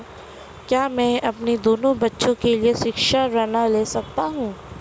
क्या मैं अपने दोनों बच्चों के लिए शिक्षा ऋण ले सकता हूँ?